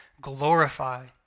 glorify